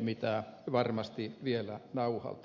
mitä varmasti vielä nauhalta löytyy